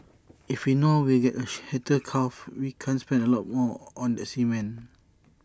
if we know we'll get A heifer calf we can spend A lot more on that semen